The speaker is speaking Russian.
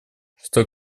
что